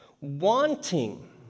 wanting